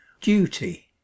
Duty